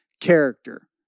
character